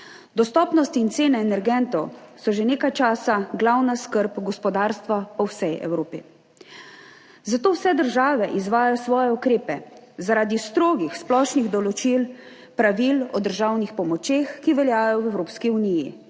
Dostopnost in cene energentov so že nekaj časa glavna skrb gospodarstva po vsej Evropi, zato vse države izvajajo svoje ukrepe. Zaradi strogih splošnih pravil o državnih pomočeh, ki veljajo v Evropski uniji,